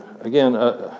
again